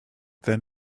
then